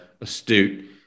astute